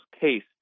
case